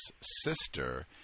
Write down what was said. sister